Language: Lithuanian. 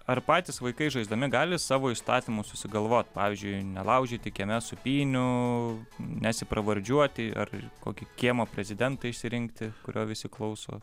ar patys vaikai žaisdami gali savo įstatymus susigalvot pavyzdžiui nelaužyti kieme sūpynių nesipravardžiuoti ar kokį kiemo prezidentą išsirinkti kurio visi klauso